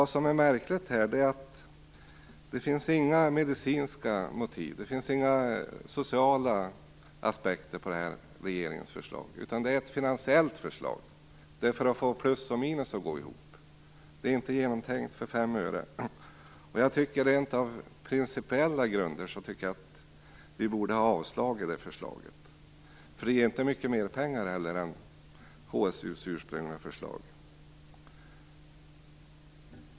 Det märkliga är att det inte finns några medicinska motiv till eller några sociala aspekter på regeringens förslag, utan det är ett finansiellt förslag för att få plus och minus att gå ihop. Det är inte genomtänkt för fem öre. Jag tycker att vi borde ha avstyrkt förslaget på principiella grunder. Det ger heller inte mycket mer pengar än HSU:s ursprungliga förslag.